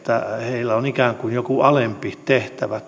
heillä on ikään kuin joku alempi tehtävä